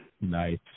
Nice